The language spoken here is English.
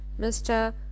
mr